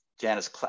Janice